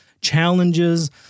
challenges